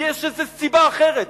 יש איזו סיבה אחרת.